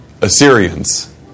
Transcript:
Assyrians